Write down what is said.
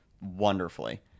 wonderfully